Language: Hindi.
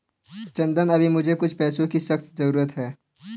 चंदन अभी मुझे कुछ पैसों की सख्त जरूरत है